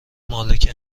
مالک